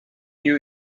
you